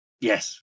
Yes